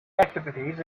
activities